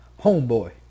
Homeboy